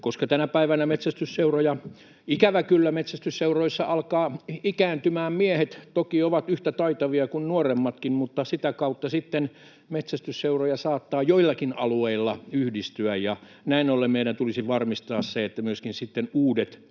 koska tänä päivänä ikävä kyllä metsästysseuroissa miehet alkavat ikääntymään — toki ovat yhtä taitavia kuin nuoremmatkin, mutta sitä kautta sitten metsästysseuroja saattaa joillakin alueilla yhdistyä, ja näin ollen meidän tulisi varmistaa se, että myöskin sitten